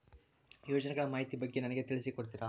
ಯೋಜನೆಗಳ ಮಾಹಿತಿ ಬಗ್ಗೆ ನನಗೆ ತಿಳಿಸಿ ಕೊಡ್ತೇರಾ?